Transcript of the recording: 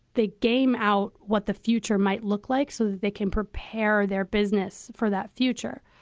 they game out what the future might look like so that they can prepare their business for that future.